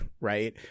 right